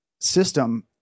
system